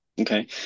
okay